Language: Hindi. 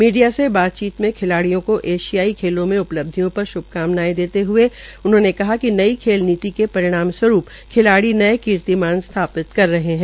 मीडिया से बातचीत मे खिलाड़ियों को एशियाई खेलों में उपलब्धियों पर श्भकामनाएं देते हुए कहा कि नई खेल नीति के परिणाम रूवरूप खिलाड़ी नये कीर्तिमान स्थापित कर रहे है